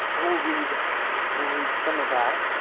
and we'll read we'll read some of that.